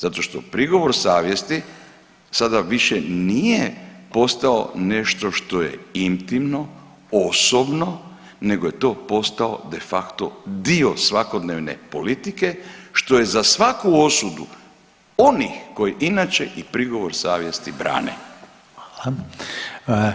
Zato što prigovor savjesti sada više nije postao nešto što je intimno, osobno, nego je to postao de facto dio svakodnevne politike što je za svaku osudu onih koji inače i prigovor savjesti brane.